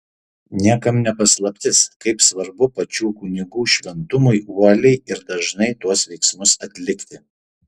niekam ne paslaptis kaip svarbu pačių kunigų šventumui uoliai ir dažnai tuos veiksmus atlikti